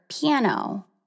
piano